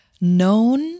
known